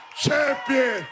champion